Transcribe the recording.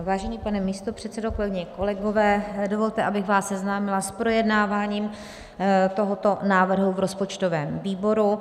Vážený pane místopředsedo, kolegyně, kolegové, dovolte, abych vás seznámila s projednáváním tohoto návrhu v rozpočtovém výboru.